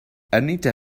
anita